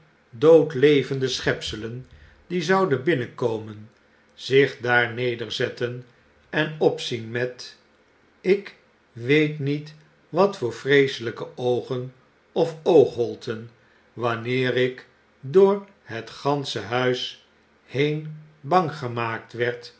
dood levende schepselen die zbuden binnen komen zich daar nederzetten en opzien met ik weet niet wat voor vreeselyke oogen of oogholten wanneer ik door het gansche huis heen bang gemaakt werd